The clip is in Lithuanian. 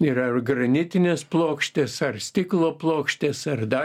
yra ir granitinės plokštės ar stiklo plokštės ar dar